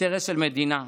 אינטרס של המדינה.